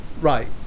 right